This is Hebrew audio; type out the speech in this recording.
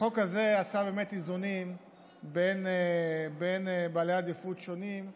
החוק הזה עשה באמת איזונים בין בעלי עדיפות שונים בנשייה.